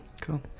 Cool